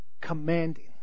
commanding